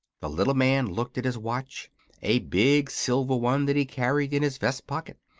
the little man looked at his watch a big silver one that he carried in his vest pocket.